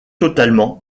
totalement